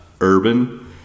urban